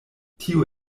tio